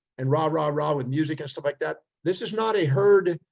and rah, rah, rah, with music and stuff like that, this is not a herd,